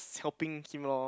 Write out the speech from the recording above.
helping him loh